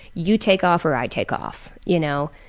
you take off or i take off, you know,